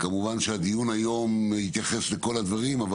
כמובן שהדיון היום יתייחס לכל הדברים אבל